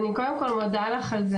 אני מודה לך על זה,